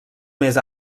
més